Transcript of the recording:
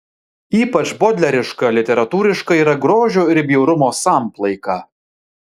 ypač bodleriška literatūriška yra grožio ir bjaurumo samplaika